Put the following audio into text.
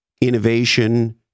innovation